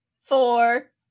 four